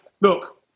Look